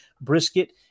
brisket